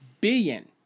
Billion